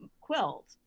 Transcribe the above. quilt